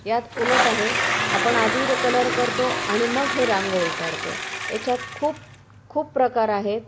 यात उलट आहे आपण आधी कलर करतो आणि मग हे रांगोळी काढतो ह्याच्यात खूप खूप प्रकार आहेत